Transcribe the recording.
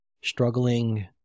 struggling